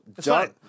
John